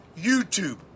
YouTube